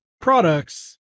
products